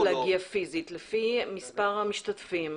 יש אפשרות להגיע פיזית לפי מספר המשתתפים.